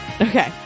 Okay